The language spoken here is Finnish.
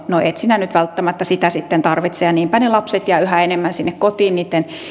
no et sinä nyt välttämättä sitä sitten tarvitse ja niinpä ne lapset jäävät yhä enemmän sinne kotiin niitten